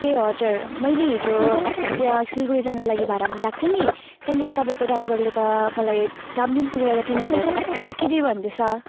ए हजुर मैले हिजो त्यहाँ सिलगडी जानुको लागि भाडा मिलाएको थिएँ नि त्यहाँनेर तपाईँको ड्राइभरले त मलाई डामडिम पुगेर त तिन हजार देऊ कि देऊ भन्दैछ